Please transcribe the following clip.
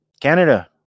Canada